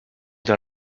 dans